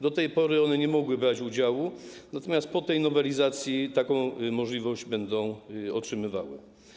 Do tej pory one nie mogły brać udziału, natomiast po tej nowelizacji taką możliwość otrzymają.